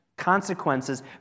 consequences